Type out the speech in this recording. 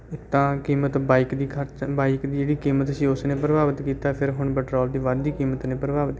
ਇੱਕ ਤਾਂ ਕੀਮਤ ਬਾਈਕ ਦੀ ਖਰਚਾ ਬਾਈਕ ਦੀ ਜਿਹੜੀ ਕੀਮਤ ਸੀ ਉਸਨੇ ਪ੍ਰਭਾਵਿਤ ਕੀਤਾ ਫਿਰ ਹੁਣ ਪੈਟਰੋਲ ਦੀ ਵੱਧਦੀ ਕੀਮਤ ਨੇ ਪ੍ਰਭਾਵਿਤ ਕੀਤਾ